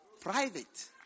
Private